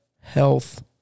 health